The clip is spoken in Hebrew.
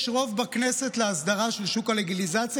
יש רוב בכנסת לאסדרה של שוק הלגליזציה.